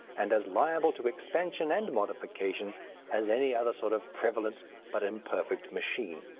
and as liable to expansion and modification as any other sort of prevalent but imperfect machine.